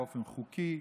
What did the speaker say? באופן חוקי,